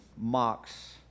mocks